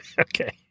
Okay